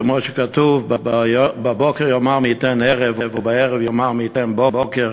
כמו שכתוב: "בבקר תאמר מי יתן ערב ובערב תאמר מי יתן בקר".